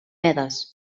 medes